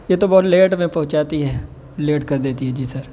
یہ تو بہت لیٹ میں پہنچاتی ہے لیٹ کر دیتی ہے جی سر